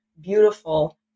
beautiful